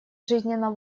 жизненно